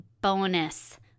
bonus